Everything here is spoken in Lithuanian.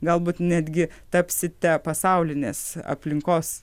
galbūt netgi tapsite pasaulinės aplinkos